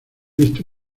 visto